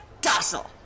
docile